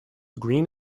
green